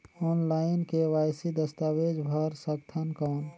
Online KYC दस्तावेज भर सकथन कौन?